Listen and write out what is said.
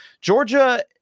Georgia